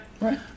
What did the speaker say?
Right